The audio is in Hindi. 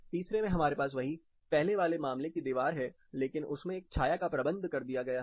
तीसरे में हमारे पास वही पहले वाले मामले की दीवार है लेकिन उसमें एक छाया का प्रबंध कर दिया गया है